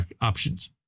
options